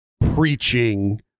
preaching